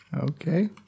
Okay